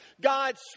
God's